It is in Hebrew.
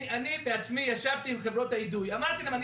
אני בעצמי ישבתי עם חברות האידוי ואמרתי להם שאני